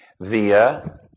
via